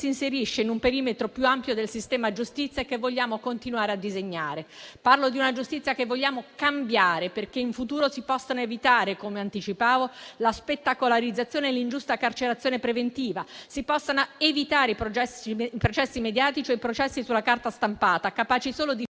si inserisce in un perimetro più ampio del sistema giustizia e che vogliamo continuare a disegnare. Parlo di una giustizia che vogliamo cambiare, perché in futuro si possano evitare, come anticipavo, la spettacolarizzazione e l'ingiusta carcerazione preventiva, si possano evitare i processi mediatici e i processi sulla carta stampata, capaci solo di